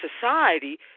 society